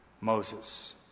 Moses